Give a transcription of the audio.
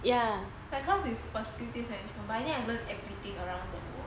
ya my course is facilities management but I need to learn everything around the world